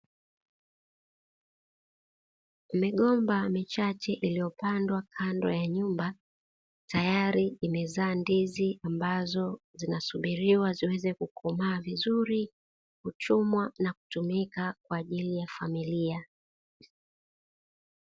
Migomba michache iliyopandwa kando ya nyumba, tayari imezaa ndizi ambazo zinasubiriwa ziweze kukomaa vizuri, kuchumwa na kutumika kwa ajiliya familia.